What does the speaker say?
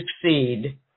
succeed